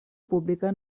pública